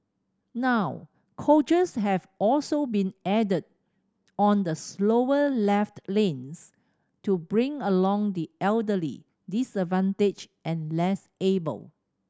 now coaches have also been added on the slower left lanes to bring along the elderly disadvantaged and less able